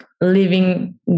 living